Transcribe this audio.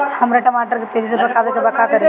हमरा टमाटर के तेजी से पकावे के बा का करि?